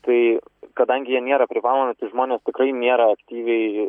tai kadangi jie nėra privalomi tai žmonės tikrai nėra aktyviai